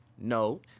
No